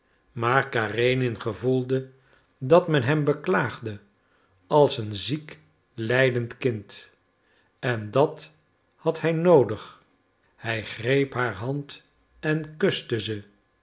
maar karenin gevoelde dat men hem beklaagde als een ziek lijdend kind en dat had hij noodig hij greep haar hand en kuste